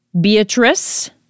Beatrice